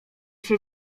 się